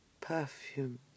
perfume